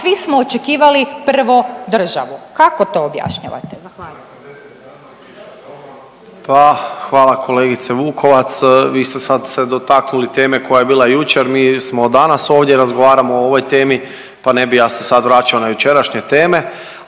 svi smo očekivali prvo državu. Kako to objašnjavate? **Okroša, Tomislav (HDZ)** Hvala kolegice Vukovac. Vi ste sad se dotaknuli teme koja je bila jučer, mi smo danas ovdje. Razgovaramo o ovoj temi, pa ne bih ja se sad vraćao na jučerašnje teme,